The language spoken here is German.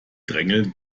drängeln